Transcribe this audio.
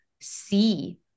see